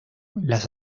las